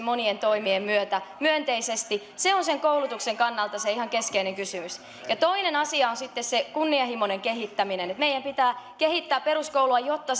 monien toimien myötä myönteisesti se on sen koulutuksen kannalta se ihan keskeinen kysymys ja toinen asia on sitten se kunnianhimoinen kehittäminen meidän pitää kehittää peruskoulua jotta